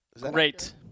Great